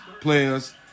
players